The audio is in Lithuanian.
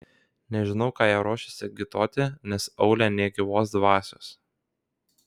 nežinau ką jie ruošiasi agituoti nes aūle nė gyvos dvasios